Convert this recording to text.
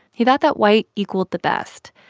he thought that white equaled the best,